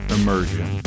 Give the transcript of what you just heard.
Immersion